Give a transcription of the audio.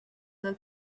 del